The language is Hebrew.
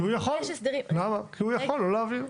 כי הוא יכול לא להעביר.